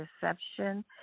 deception